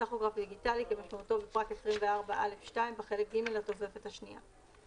"טכוגרף דיגיטלי" כמשמעותו בפרט 24א(2) בחלק ג לתוספת השניה."